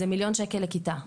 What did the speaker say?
זה מיליון שקל לכיתה,